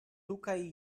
tukaj